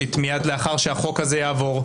היועמ"שית מייד אחרי שהחוק הזה יעבור,